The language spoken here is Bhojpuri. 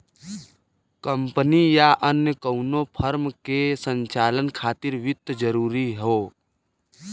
कंपनी या अन्य कउनो फर्म के संचालन खातिर वित्त जरूरी हौ